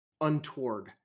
untoward